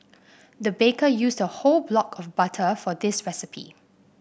the baker used a whole block of butter for this recipe